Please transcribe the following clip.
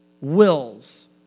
wills